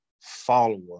follower